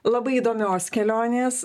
labai įdomios kelionės